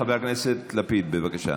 חבר הכנסת לפיד, בבקשה.